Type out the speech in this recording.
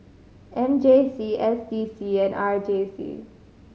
M J C S D C and R J C